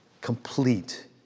complete